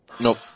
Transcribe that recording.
Nope